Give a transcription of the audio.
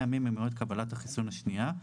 ימים ממועד קבלת מנת החיסון השנייה,